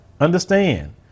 Understand